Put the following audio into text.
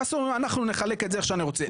ואז אתם אומרים "אנחנו נחלק איך שאנחנו רוצים".